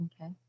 Okay